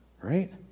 right